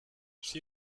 she